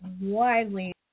widely